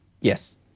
Yes